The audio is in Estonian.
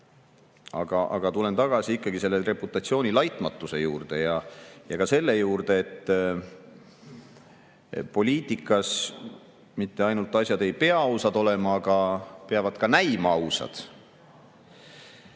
Aga tulen tagasi reputatsiooni laitmatuse juurde ja ka selle juurde, et poliitikas mitte ainult asjad ei pea ausad olema, vaid peavad ka ausad